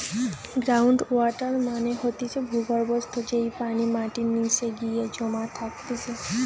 ground water মানে হতিছে ভূর্গভস্ত, যেই পানি মাটির নিচে গিয়ে জমা থাকতিছে